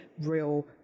real